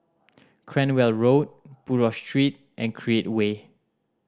Cranwell Road Buroh Street and Create Way